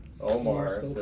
Omar